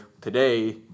today